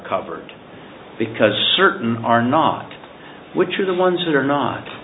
covered because certain are not which are the ones that are not